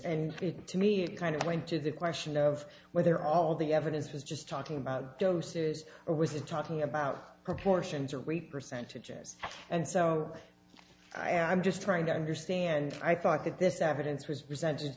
and to me it kind of went to the question of whether all the evidence was just talking about doses or was it talking about proportions or reapers center chairs and so i am just trying to understand i thought that this evidence was presented